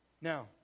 Now